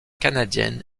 canadienne